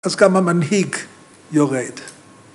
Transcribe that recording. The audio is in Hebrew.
אז כמה מנהיג יורד?